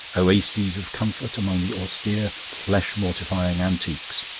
oases of comfort among the austere flesh-mortifying antiques.